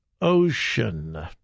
Ocean